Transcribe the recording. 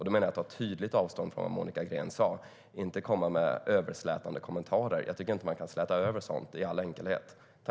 Då menar jag att ta tydligt avstånd från vad Monica Green sa och inte komma med överslätande kommentarer. Jag tycker inte att man kan släta över sådant i all enkelhet.